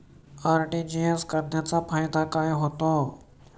RTGS करण्याचा फायदा काय होतो?